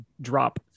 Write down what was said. drop